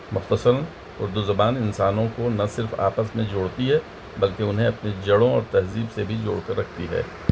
مختصراً اردو زبان انسانوں کو نہ صرف آپس میں جوڑتی ہے بلکہ انہیں اپنی جڑوں اور تہذیب سے بھی جوڑ کر رکھتی ہے